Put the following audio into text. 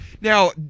Now